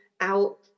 out